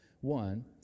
One